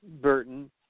Burton